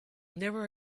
never